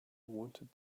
wanted